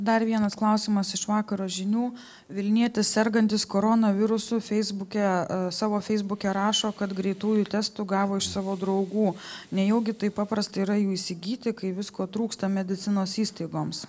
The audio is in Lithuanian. dar vienas klausimas iš vakaro žinių vilnietis sergantis koronavirusu feisbuke savo feisbuke rašo kad greitųjų testų gavo iš savo draugų nejaugi taip paprasta yra jų įsigyti kai visko trūksta medicinos įstaigoms